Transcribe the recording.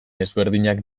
ezberdinak